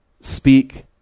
speak